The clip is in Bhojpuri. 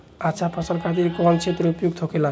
अच्छा फसल खातिर कौन क्षेत्र उपयुक्त होखेला?